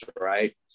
right